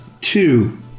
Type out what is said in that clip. Two